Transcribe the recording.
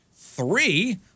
three